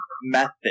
method